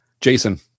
Jason